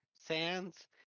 sands